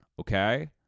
okay